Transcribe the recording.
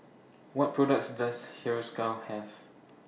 What products Does Hiruscar Have